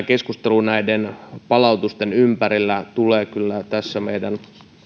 keskustelu näiden palautusten ympärillä tulee kyllä meidän